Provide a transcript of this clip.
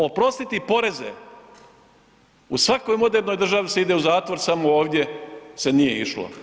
Oprostiti poreze u svakoj modernoj državi se ide u zatvor, samo ovdje se nije išlo.